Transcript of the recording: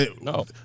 No